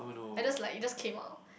I just like it just came out